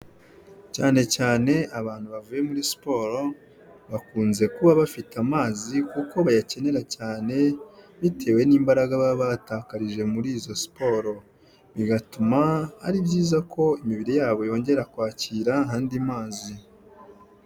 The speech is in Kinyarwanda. Cyane cyane abantu bavuye muri siporo bakunze kuba bafite amazi kuko bayakenera cyane bitewe n'imbaraga baba batakarije muri izo siporo, bigatuma ari byiza ko imibiri yabo yongera kwakira andi mazi.